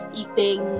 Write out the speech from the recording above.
eating